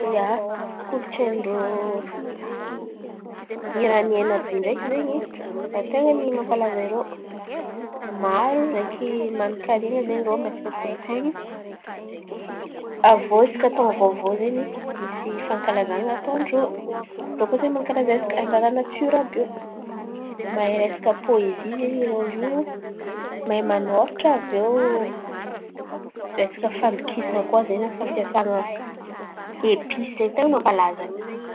Ia, kolontsain̈y ndrô, Iraniaina àby io ndreky zen̈y, ten̈a ny nampalaza irô maro ndreky manankarian̈a zen̈y irô resaka kolontsain̈y. Avô hisaka tôn̈o vôvô zen̈y misy fankalazan̈a atôndrô. Irô koa zen̈y mankalaza resaka angara natira àby io. Aviô resaka fandokisan̈a koa zen̈y fampiasain̈a episy zen̈y ten̈a malaza rô.